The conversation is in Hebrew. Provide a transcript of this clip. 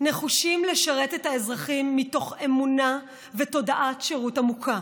נחושים לשרת את האזרחים מתוך אמונה ותודעת שירות עמוקה,